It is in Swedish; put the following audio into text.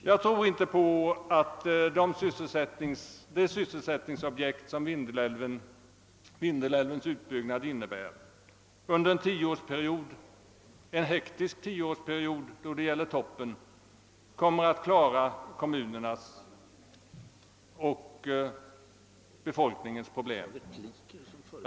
Jag tror inte att de sysselsättningsmöjligheter som Vindelälvens utbyggnad erbjuder under en hektisk tioårsperiod kommer att klara kommunernas och befolkningens problem på lång sikt.